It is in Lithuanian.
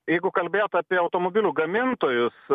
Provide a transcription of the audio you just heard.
jeigu kalbėt apie automobilių gamintojus